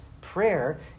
Prayer